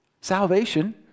Salvation